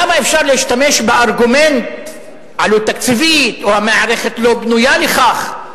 כמה אפשר להשתמש בארגומנט "עלות תקציבית" או "המערכת לא בנויה לכך"?